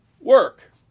work